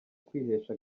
kwihesha